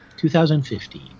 2015